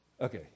Okay